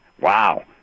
Wow